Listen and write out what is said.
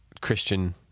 christian